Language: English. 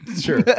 Sure